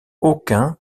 aucun